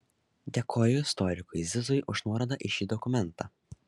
dėkoju istorikui zizui už nuorodą į šį dokumentą